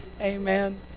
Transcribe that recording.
Amen